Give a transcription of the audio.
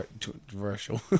controversial